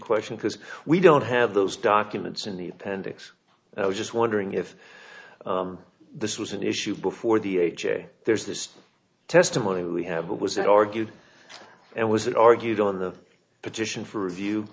question because we don't have those documents in the appendix and i was just wondering if this was an issue before the age where there's this testimony we have what was argued and was it argued on the petition for review